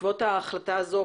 בעקבות ההחלטה הזו,